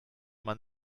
man